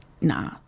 nah